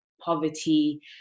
poverty